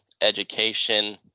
education